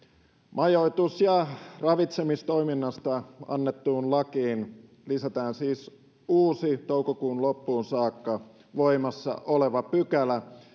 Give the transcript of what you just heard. majoitus ja ravitsemistoiminnasta annettuun lakiin lisätään siis uusi toukokuun loppuun saakka voimassa oleva pykälä